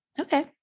Okay